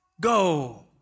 go